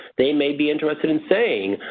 they may be interested in saying,